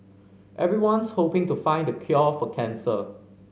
everyone's hoping to find the cure for cancer